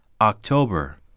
October